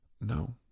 No